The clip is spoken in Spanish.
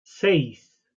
seis